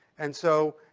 and so,